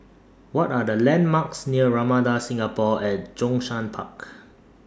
What Are The landmarks near Ramada Singapore At Zhongshan Park